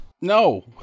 No